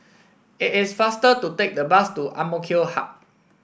it is faster to take the bus to AMK Hub